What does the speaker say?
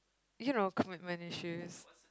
you know commitment issues